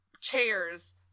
Chairs